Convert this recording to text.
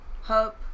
Hope